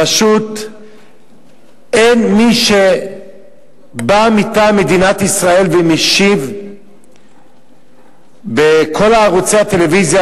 פשוט אין מי שבא מטעם מדינת ישראל ומשיב בכל ערוצי הטלוויזיה,